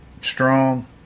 strong